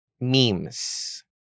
memes